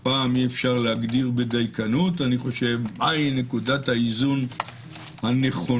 אף פעם אי-אפשר להגדיר בדייקנות מהי נקודת האיזון הנכונה,